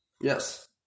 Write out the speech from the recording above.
Yes